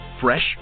FRESH